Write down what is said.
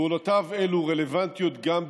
פעולותיו אלו רלוונטיות גם בימינו.